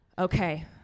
Okay